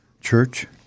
Church